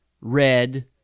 red